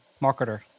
marketer